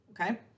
okay